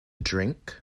drink